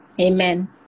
Amen